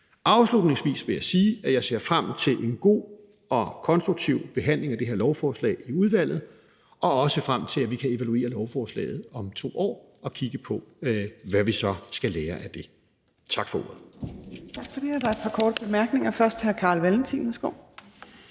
Afslutningsvis vil jeg sige, at jeg ser frem til en god og konstruktiv behandling af det her lovforslag i udvalget, og at jeg også ser frem til, at vi kan evaluere lovforslaget om 2 år og kigge på, hvad vi så skal lære af det. Tak for ordet.